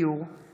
החשמל